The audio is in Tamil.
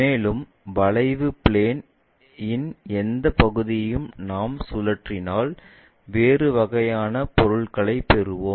மேலும் வளைவு பிளேன் இன் எந்தப் பகுதியையும் நாம் சுழற்றினால் வேறு வகையான பொருள்களைப் பெறுவோம்